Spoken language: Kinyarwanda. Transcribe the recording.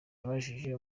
yabajije